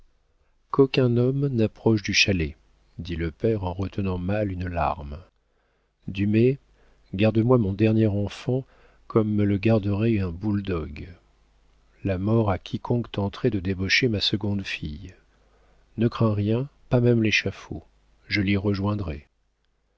qu'aucun homme n'approche du chalet dit le père en retenant mal une larme dumay garde-moi mon dernier enfant comme me le garderait un boule dogue la mort à quiconque tenterait de débaucher ma seconde fille ne crains rien pas même l'échafaud je t'y rejoindrais